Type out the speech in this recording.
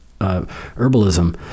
herbalism